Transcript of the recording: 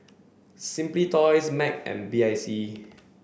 simply Toys Mac and B I C